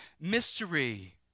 mystery